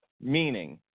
Meaning